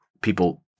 people